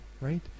right